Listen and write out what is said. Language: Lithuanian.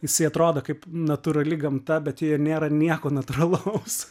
jisai atrodo kaip natūrali gamta bet joje nėra nieko natūralaus